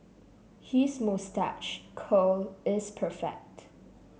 his moustache curl is perfect